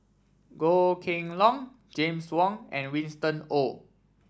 Goh Kheng Long James Wong and Winston Oh